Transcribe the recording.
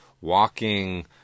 walking